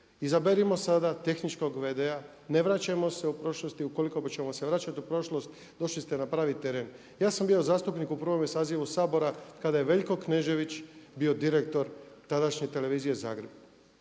izaberimo sada tehničkog v.d.-a, ne vraćajmo se u prošlost i ukoliko ćemo se vraćati u prošlost došli ste na pravi teren. Ja sam bio zastupnik u prvome sazivu Sabora kada je Veljko Knežević bio direktor tadašnje televizije Zagreb.